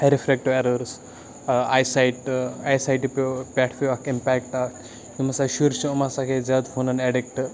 refractive errors eyesight آے سایٹہِ پیو پٮ۪ٹھ پیو اَکھ اِمپیکٹ اَتھ یِم ہَسا شُرۍ چھِ إم ہَسا گٔے زیادٕ فونَن اَڈِکٹ